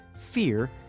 fear